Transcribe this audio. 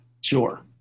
Sure